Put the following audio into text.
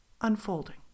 unfolding